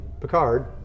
Picard